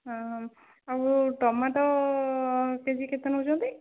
ହଁ ଆଉ tomato K G କେତେ ନେଉଛନ୍ତି